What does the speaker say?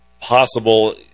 possible –